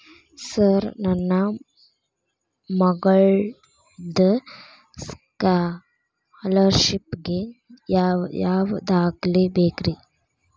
Sir ನನ್ನ ಮಗ್ಳದ scholarship ಗೇ ಯಾವ್ ಯಾವ ದಾಖಲೆ ಬೇಕ್ರಿ?